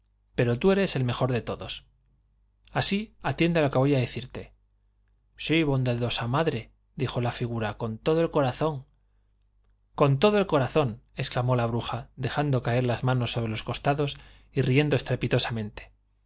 pero tú eres el mejor de todos así atiende a lo que voy a decirte sí bondadosa madre dijo la figura con todo el corazón con todo el corazón exclamó la bruja dejando caer las manos sobre los costados y riendo estrepitosamente